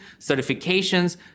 certifications